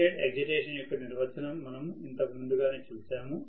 rated ఎక్సైటేషన్యొక్క నిర్వచనం మనం ఇంతకు ముందుగానే చూశాము